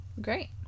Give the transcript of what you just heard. Great